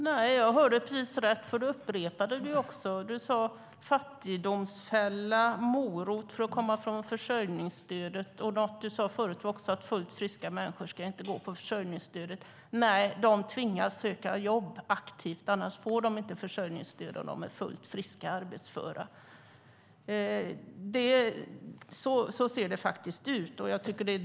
Herr talman! Jag hörde precis rätt eftersom du också upprepade det. Du talade om fattigdomsfälla och morot för att komma ifrån försörjningsstödet. Tidigare talade du också om att fullt friska människor inte ska gå på försörjningsstöd. Nej, de tvingas söka jobb aktivt, annars får de inte försörjningsstöd om de är fullt friska och arbetsföra. Så ser det faktiskt ut.